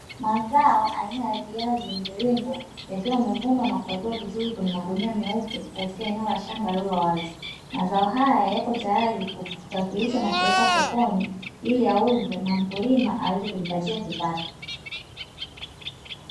Mazao aina ya viazi mviringo, yakiwa yamevunwa na kupakiwa vizuri kwenye magunia meupe, katika eneo la shamba lililo wazi. Mazao haya yako tayari kusafirishwa na kwenda sokoni, ili yauzwe na mkulima aweze kujipatia kipato.